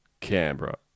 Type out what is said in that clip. Canberra